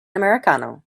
americano